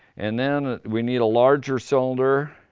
and then we need a larger cylinder